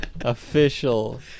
Official